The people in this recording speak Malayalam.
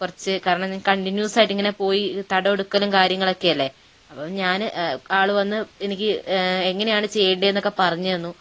കുറച്ച് കാരണം ഞാന് കണ്ടിന്യൂസ് ആയിട്ടിങ്ങനെ പോയി തടമെടുക്കലും കാര്യങ്ങളും ഒക്കെ അല്ലേ അപ്പോൾ ഞാനും ആളു വന്നു എനിക്ക് എങ്ങനെയാണ് ചെയ്യേണ്ടത് എന്നൊക്കെ പറഞ്ഞു തന്നു